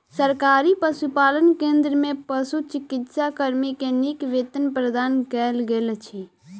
सरकारी पशुपालन केंद्र में पशुचिकित्सा कर्मी के नीक वेतन प्रदान कयल गेल अछि